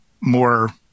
more